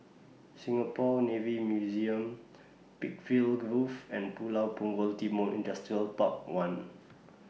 Singapore Navy Museum Peakville Grove and Pulau Punggol Timor Industrial Park one